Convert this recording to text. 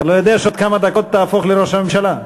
אתה לא יודע שבעוד כמה דקות תהפוך לראש הממשלה.